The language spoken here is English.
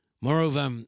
Moreover